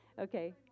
Okay